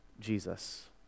Jesus